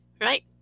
Right